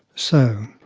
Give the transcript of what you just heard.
so,